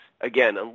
Again